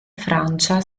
francia